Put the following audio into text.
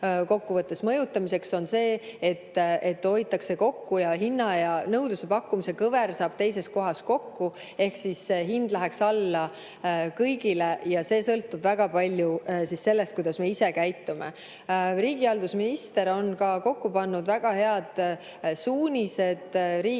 hinna mõjutamiseks on see, et hoitakse kokku ja hinna ja nõudluse-pakkumise kõver saab teises kohas kokku. Ehk siis hind läheks alla kõigile ja see sõltub väga palju sellest, kuidas me ise käitume. Riigihalduse minister on ka kokku pannud väga head suunised riigiasutustele,